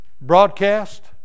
broadcast